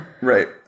Right